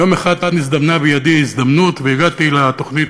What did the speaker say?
יום אחד נזדמנה בידי הזדמנות והגעתי לתוכנית